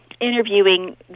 interviewing